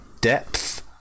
depth